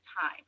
time